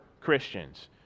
Christians